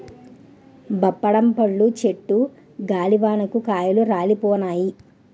బప్పడం పళ్ళు చెట్టు గాలివానకు కాయలు రాలిపోయినాయి